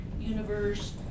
universe